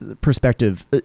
perspective